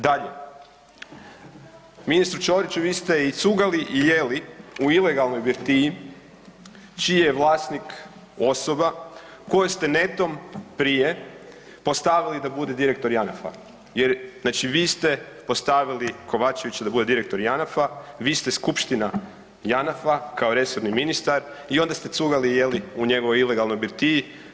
Dalje, ministru Ćoriću vi ste i cugali i jeli u ilegalnoj birtiji čiji je vlasnik osoba koju ste netom prije postavili da bude direktor Janafa, znači vi ste postavili Kovačevića da bude direktor Janafa, vi ste skupština Janafa kao resorni ministar i onda ste cugali i jeli u njegovoj ilegalnoj birtiji.